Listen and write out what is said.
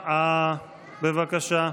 להצבעה, בבקשה.